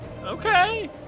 Okay